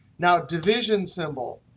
now, division symbol,